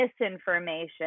misinformation